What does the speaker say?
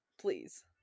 please